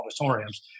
auditoriums